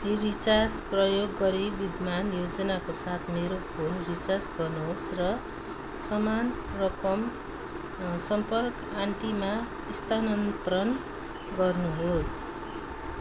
free recharge प्रयोग गरी विद्यमान योजनाको साथ मेरो फोन रिचार्ज गर्नुहोस् र समान रकम सम्पर्क आन्टीमा स्थानान्तरण गर्नुहोस्